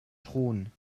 thron